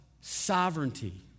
sovereignty